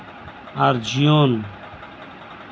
ᱟᱨ ᱡᱤᱭᱚᱱ